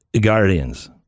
Guardians